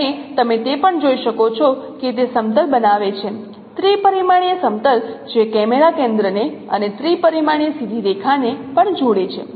અને તમે તે પણ જોઈ શકો છો કે તે સમતલ બનાવે છે ત્રિ પરિમાણીય સમતલ જે કેમેરા કેન્દ્રને અને ત્રિ પરિમાણીય સીધી રેખાને પણ જોડે છે